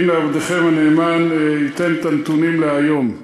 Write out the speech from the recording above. והנה, עבדכם הנאמן ייתן את הנתונים להיום.